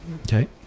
okay